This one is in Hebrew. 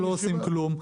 כלום.